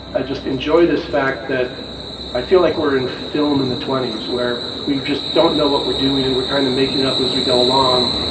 i just enjoy this fact that i feel like we're in film in the twenty s where we just don't know what we're doing and we're kind of making it up as we go along.